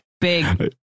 Big